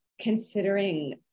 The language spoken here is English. considering